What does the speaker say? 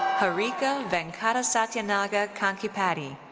harika venkatasatyanaga kankipati.